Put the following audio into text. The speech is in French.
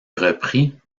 reprit